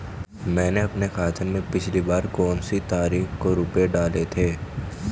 मैंने अपने खाते में पिछली बार कौनसी तारीख को रुपये डाले थे?